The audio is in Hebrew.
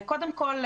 קודם כול,